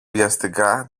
βιαστικά